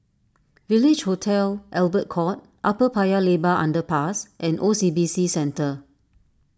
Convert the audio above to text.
Village Hotel Albert Court Upper Paya Lebar Underpass and O C B C Centre